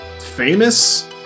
famous